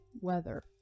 weather